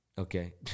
Okay